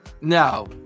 No